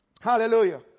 Hallelujah